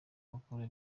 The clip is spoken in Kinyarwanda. bakora